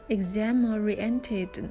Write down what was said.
Exam-oriented